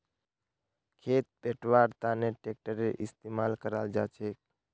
खेत पैटव्वार तनों ट्रेक्टरेर इस्तेमाल कराल जाछेक